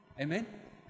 Amen